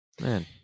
Man